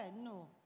No